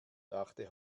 dachte